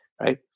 Right